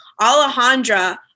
Alejandra